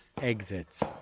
exits